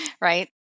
right